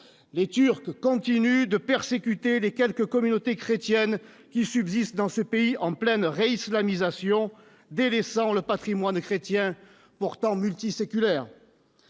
les Turcs continue de persécuter les quelques communautés chrétiennes qui subsistent dans ce pays en pleine réislamisation délaissant le Patrimoine chrétien pourtant multiséculaire